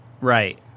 Right